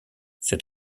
c’est